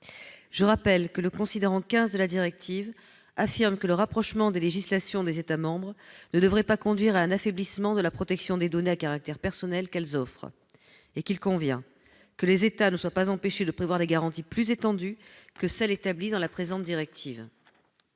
Je rappelle que le considérant 15 de la directive affirme que « le rapprochement des législations des États membres ne devrait pas conduire à un affaiblissement de la protection des données à caractère personnel qu'elles offrent » et qu'il convient que « les États membres ne soient pas empêchés de prévoir des garanties plus étendues que celles établies dans la présente directive.